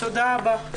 תודה רבה.